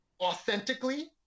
authentically